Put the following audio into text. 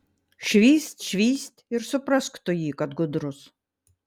švyst švyst ir suprask tu jį kad gudrus